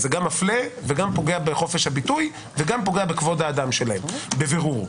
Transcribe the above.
זה גם מפלה וגם פוגע בחופש הביטוי וגם פוגע בכבוד האדם שלהם בבירור.